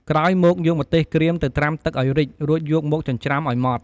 ក្រោយមកយកម្ទេសក្រៀមទៅត្រាំទឹកឱ្យរីក រួចយកមកចិញ្ច្រាំឱ្យម៉ដ្ឋ។